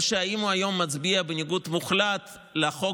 או שהיום הוא מצביע בניגוד מוחלט לחוק